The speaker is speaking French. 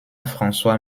françois